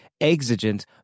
exigent